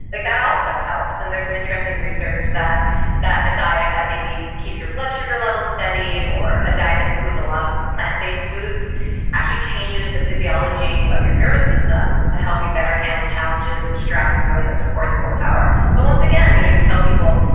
like that also helps and there's some interesting research that that a diet that maybe keeps your blood sugar levels steady or a diet that includes a lot of plant based foods actually changes the physiology of your nervous system to help you better handle challenges and stress in a way that supports willpower but once again you know you tell people,